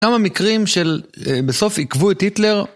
כמה מקרים שבסוף עיכבו את היטלר.